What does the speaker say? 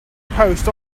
post